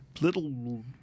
Little